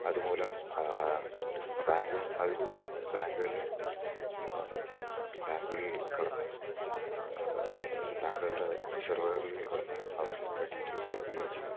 അതുമൂലം ബാങ്കുകൾ അതുമൂലം ബാങ്കുകളെ ബാങ്കുകളിൽ കടന്ന് ബാങ്കുകളുടെ സെർവറുകളിൽ കടന്ന് അവർ ഡീറ്റെയിൽസ് എടുക്കുകയും ചെയ്യുന്നു